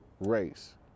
race